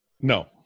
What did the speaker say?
No